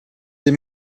des